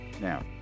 Now